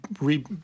re